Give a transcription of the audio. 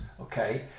okay